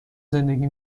زندگی